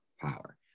power